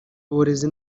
uburezi